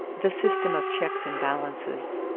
the system of checks and balances.